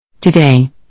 Today